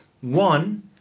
one